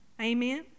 Amen